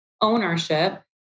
ownership